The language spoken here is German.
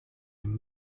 dem